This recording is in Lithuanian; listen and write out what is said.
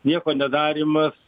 nieko nedarymas